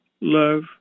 love